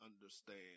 understand